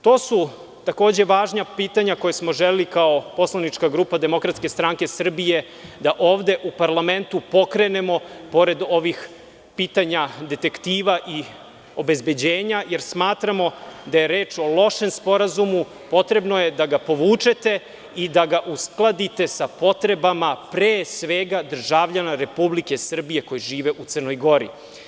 To su takođe važna pitanja koja smo želeli kao poslanička grupa Demokratske stranke Srbije da ovde u parlamentu pokrenemo pored ovih pitanja detektiva i obezbeđenja, jer smatramo da je reč o lošem sporazumu, potrebno je da ga povučete i da ga uskladite sa potrebama, pre svega državljana Republike Srbije koji žive u Crnoj Gori.